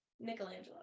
Michelangelo